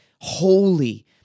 holy